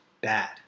bad